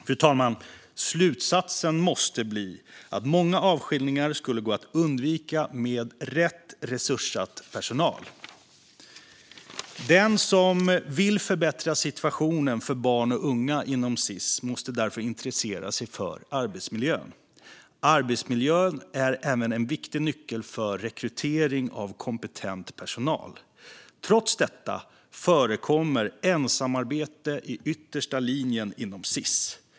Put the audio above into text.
Fru talman! Slutsatsen måste bli att många avskiljningar skulle gå att undvika med rätt resurssatt personal. Den som vill förbättra situationen för barn och unga inom Sis måste därför intressera sig för arbetsmiljön. Arbetsmiljön är även en viktig nyckel för rekrytering av kompetent personal. Trots detta förekommer ensamarbete i yttersta linjen inom Sis.